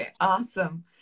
Awesome